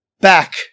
Back